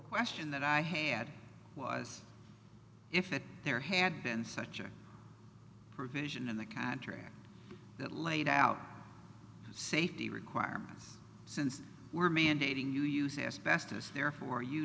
question that i had was if there had been such a provision in the contract that laid out safety requirements since we're mandating you use asbestos there where you